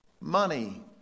money